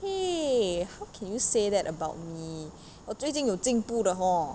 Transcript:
!hey! how can you say that about me 我最近有进步的 hor